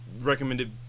recommended